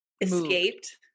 escaped